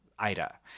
ida